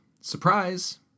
surprise